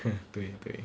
对对